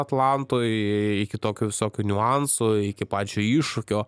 atlantoj iki tokių visokių niuansų iki pačio iššūkio